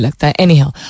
Anyhow